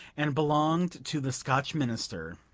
and belonged to the scotch minister.